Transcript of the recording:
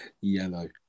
yellow